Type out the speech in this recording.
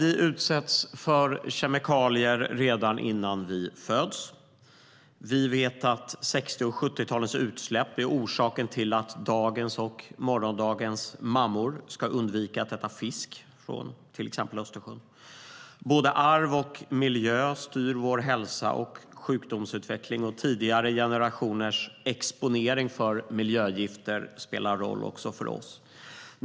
Vi utsätts för kemikalier redan innan vi föds. Vi vet att 60 och 70-talens utsläpp är orsaken till att dagens och morgondagens mammor ska undvika att äta fisk från till exempel Östersjön. Både arv och miljö styr vår hälsa och sjukdomsutveckling, och tidigare generationers exponering för miljögifter spelar roll även för oss.